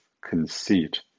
conceit